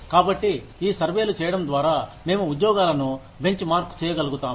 కాబట్టి ఈ సర్వేలు చేయడం ద్వారా మేము ఉద్యోగాలను బెంచ్ మార్క్ చేయగలుగుతాము